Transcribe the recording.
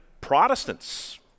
Protestants